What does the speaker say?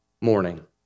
morning